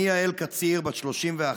אני יעל קציר, בת 31,